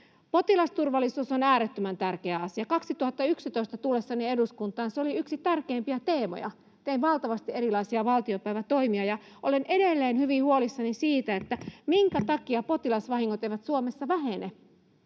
Potilasturvallisuus on äärettömän tärkeä asia. 2011 tullessani eduskuntaan se oli yksi tärkeimpiä teemoja. Tein valtavasti erilaisia valtiopäivätoimia, ja olen edelleen hyvin huolissani siitä, minkä takia potilasvahingot eivät Suomessa vähene.